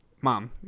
mom